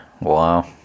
Wow